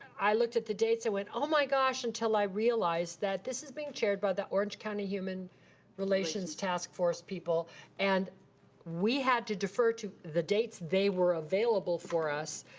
i looked at the dates and went, oh, my gosh, until i realized that this is being chaired by the orange county human relations task force people and we had to defer to the dates they were available for us,